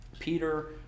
Peter